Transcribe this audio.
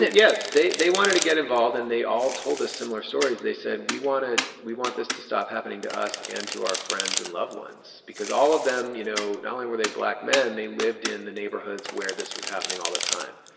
yes, they they wanted to get involved and they all told us similar stories they said we wanted we want this to stop happening to us and to our friends and loved ones, because all of them, you know, knowing where they black men, they lived in the neighborhoods where this was happening all the time.